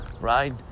right